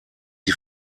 die